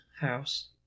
house